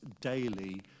daily